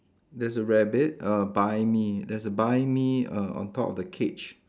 there's a rabbit err buy me there's a buy me err on top of the cage